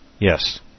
yes